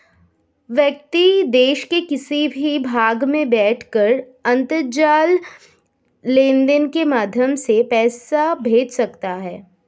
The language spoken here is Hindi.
व्यक्ति देश के किसी भी भाग में बैठकर अंतरजाल लेनदेन के माध्यम से पैसा भेज सकता है